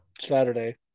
Saturday